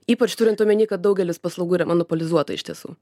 ypač turint omeny kad daugelis paslaugų yra monopolizuota iš tiesų